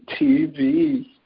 TV